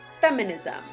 Feminism